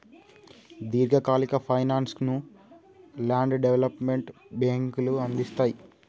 దీర్ఘకాలిక ఫైనాన్స్ ను land development బ్యేంకులు అందిస్తయ్